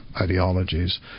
ideologies